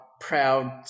Proud